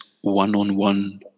one-on-one